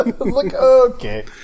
okay